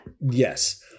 Yes